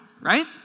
right